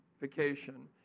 vacation